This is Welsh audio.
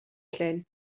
llyn